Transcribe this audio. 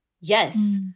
Yes